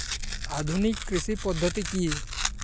আধুনিক কৃষি পদ্ধতি কী?